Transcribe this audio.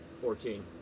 fourteen